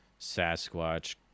sasquatch